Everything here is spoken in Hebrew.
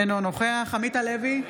אינו נוכח עמית הלוי,